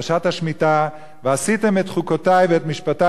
פרשת השמיטה "ועשיתם את חֻקֹתי ואת משפטי